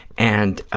and